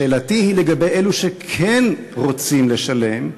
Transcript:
שאלתי היא לגבי אלו שכן רוצים לשלם,